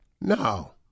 No